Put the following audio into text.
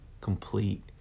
complete